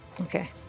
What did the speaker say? Okay